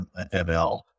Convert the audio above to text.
ML